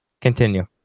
Continue